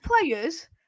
players